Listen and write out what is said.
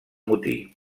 motí